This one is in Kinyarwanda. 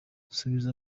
subiza